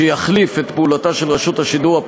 שיחליף את פעולתה של רשות השידור,